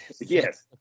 yes